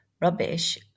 rubbish